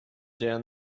down